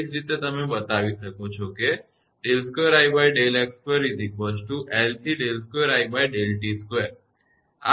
એ જ રીતે તમે તે બતાવી શકો છો આ સમીકરણ 9 છે